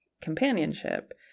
companionship